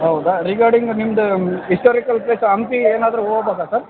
ಹೌದಾ ರಿಗಾರ್ಡಿಂಗ್ ನಿಮ್ಮದು historical place Hampi ಏನಾದರೂ ಹೋಗಬೇಕಾ ಸರ್